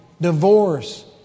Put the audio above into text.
divorce